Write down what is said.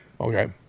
Okay